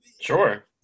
Sure